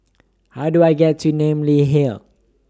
How Do I get to Namly Hill